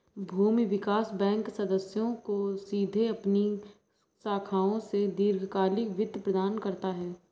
भूमि विकास बैंक सदस्यों को सीधे अपनी शाखाओं से दीर्घकालिक वित्त प्रदान करता है